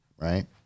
Right